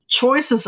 Choices